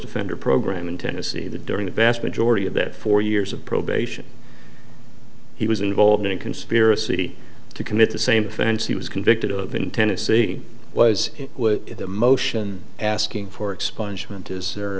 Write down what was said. offender program in tennessee the during the vast majority of that four years of probation he was involved in a conspiracy to commit the same offense he was convicted of in tennessee was the motion asking for expunge